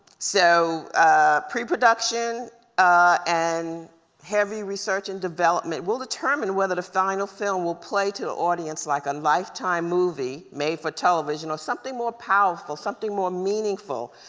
so pre-production and heavy research and development will determine whether the final film will play to the audience like a lifetime movie made for television or something more powerful, something more meaningful,